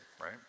right